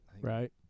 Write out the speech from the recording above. Right